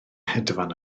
hedfan